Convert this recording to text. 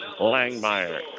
Langmeyer